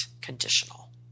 conditional